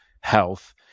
health